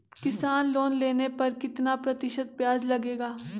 किसान लोन लेने पर कितना प्रतिशत ब्याज लगेगा?